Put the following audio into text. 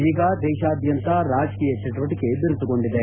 ಈಗ ದೇತಾದ್ಯಂತ ರಾಜಕೀಯ ಚಟುವಟಿಕೆ ಬಿರುಸುಗೊಂಡಿದೆ